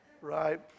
Right